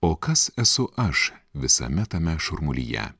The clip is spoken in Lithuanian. o kas esu aš visame tame šurmulyje